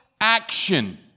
action